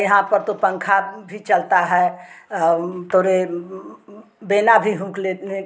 यहाँ पर तो पंखा भी चलता है तोरे बेना भी हूँक लेने